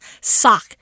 sock